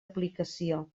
aplicació